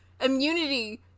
immunity